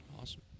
awesome